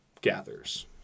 gathers